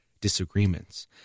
disagreements